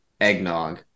eggnog